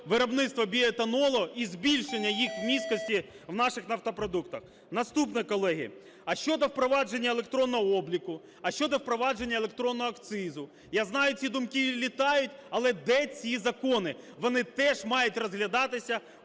виробництва біоетанолу і збільшення їх вмісткості в наших нафтопродуктах. Наступне, колеги. А щодо впровадження електронного обліку? А щодо впровадження електронного акцизу? Я знаю, ці думки літають. Але де ці закони? Вони теж мають розглядатися